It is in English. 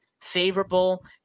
favorable